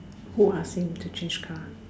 who ask him to change car